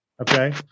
Okay